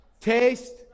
taste